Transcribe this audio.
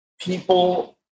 people